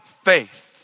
faith